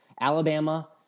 Alabama